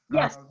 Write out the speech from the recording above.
yes.